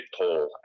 poll